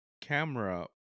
camera